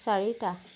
চাৰিটা